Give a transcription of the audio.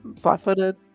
Flat-footed